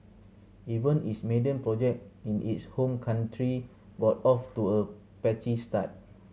even its maiden project in its home country got off to a patchy start